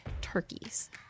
turkeys